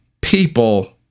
people